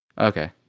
Okay